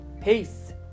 Peace